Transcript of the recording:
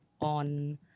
on